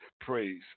praise